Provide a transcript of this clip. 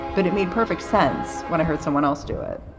but it made perfect sense when i heard someone else do it